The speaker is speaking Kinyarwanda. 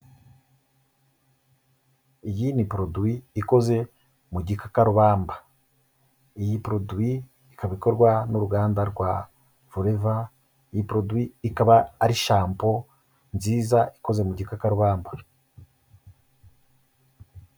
Iyi ni poroduwi ikoze mu gikakarubamba, iyi poroduwi ikaba ikorwa n'uruganda rwa Foreva, iyi poroduwi ikaba ari shampo nziza ikoze mu gikakarubamba.